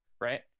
right